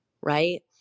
right